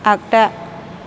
आगदा